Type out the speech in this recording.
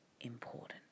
important